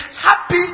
happy